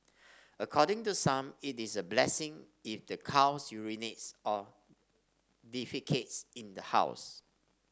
according to some it is a blessing if the cow urinates or defecates in the house